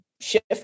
shift